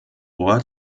ort